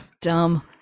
Dumb